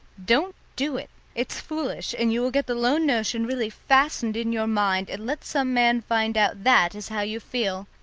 don't do it it's foolish, and you will get the lone notion really fastened in your mind and let some man find out that is how you feel.